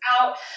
out